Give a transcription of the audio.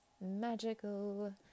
magical